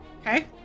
Okay